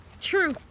True